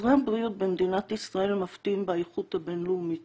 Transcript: תוצרי הבריאות במדינת ישראל מפתיעים באיכות הבינלאומית